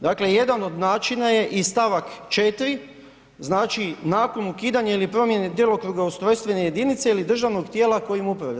Dakle jedan od načina je i stavak 4., nakon ukidanja ili promjene djelokruga ustrojstvene jedinice ili državnog tijela kojim upravlja.